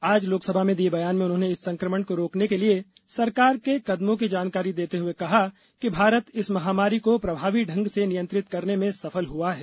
आज लोकसभा में दिये बयान में उन्होंने इस संक्रमण को रोकने के लिए सरकार के कदमों की जानकारी देते हुए कहा कि भारत इस महामारी को प्रभावी ढंग से नियंत्रित करने में सफल हुआ है